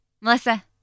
Melissa